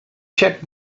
check